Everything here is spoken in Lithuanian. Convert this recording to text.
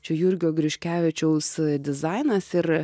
čia jurgio griškevičiaus dizainas ir